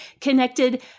connected